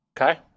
Okay